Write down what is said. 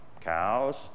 cows